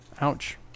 ouch